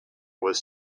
was